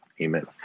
Amen